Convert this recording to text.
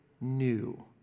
new